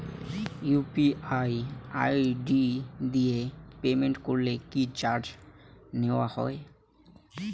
UPI ID দিয়ে payment করলে কি চার্জ নেয়া হয়?